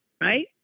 right